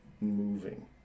moving